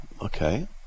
okay